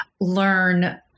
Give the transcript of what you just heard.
learn